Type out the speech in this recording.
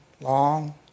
long